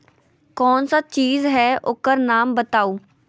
कौन सा चीज है ओकर नाम बताऊ?